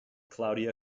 claudio